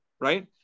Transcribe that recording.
right